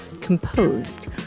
composed